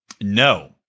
No